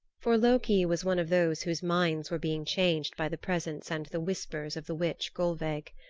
for loki was one of those whose minds were being changed by the presence and the whispers of the witch gulveig.